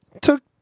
took